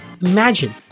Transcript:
Imagine